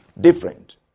different